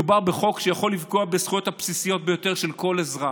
מדובר בחוק שיכול לפגוע בזכויות הבסיסיות ביותר של כל אזרח: